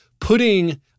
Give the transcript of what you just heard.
putting